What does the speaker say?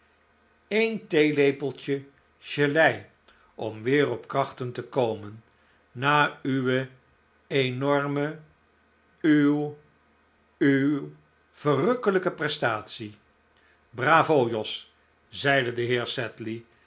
een theelepeltje gelei om weer op krachten te komen na uw enorme uw uw vermkkelijke prestatie bravo jos zeide de heer